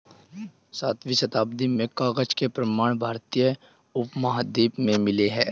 सातवीं शताब्दी में कागज के प्रमाण भारतीय उपमहाद्वीप में मिले हैं